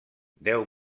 deu